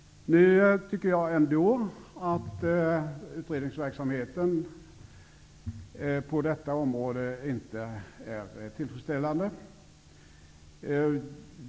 Nu tycker jag ändå att utredningsverksamheten på det här området inte är tillfredsställande.